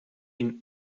ihn